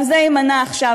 גם זה יימנע עכשיו,